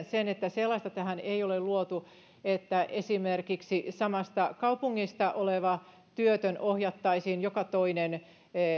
sen että sellaista tähän ei ole luotu että esimerkiksi samasta kaupungista olevista työttömistä ohjattaisiin joka toinen